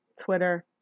twitter